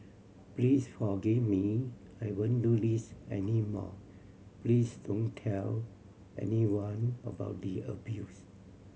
please forgive me I won't do this any more please don't tell anyone about the abuse